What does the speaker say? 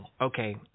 okay